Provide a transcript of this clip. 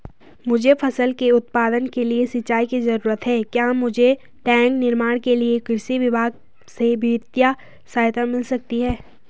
मुझे फसल के उत्पादन के लिए सिंचाई की जरूरत है क्या मुझे टैंक निर्माण के लिए कृषि विभाग से वित्तीय सहायता मिल सकती है?